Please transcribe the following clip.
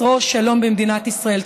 ישרור שלום במדינת ישראל.